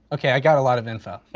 okay i got a lot of info.